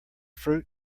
fruit